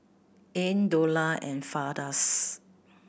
Ain Dollah and Firdaus